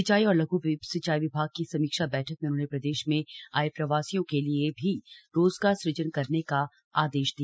सिंचाई और लघ सिंचाई विभाग की समीक्षा बैठक में उन्होंने प्रदेश में आये प्रवासियों के लिए भी रोजगार सुजन करने का आदेश दिया